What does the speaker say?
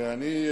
ואני,